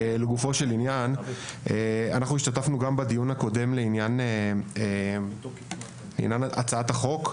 אנחנו השתתפו גם בדיון הקודם לעניין הצעת החוק.